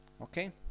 Okay